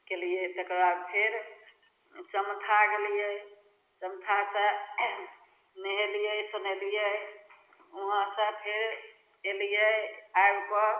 कयलियै तकरबाद फेर चमथा गेलियै चमथासँ नहेलियै सुनेलियै वहाँसँ फेर अयलियै आबिकऽ